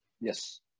Yes